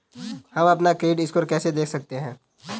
हम अपना credit score कैसे देख सकते हैं?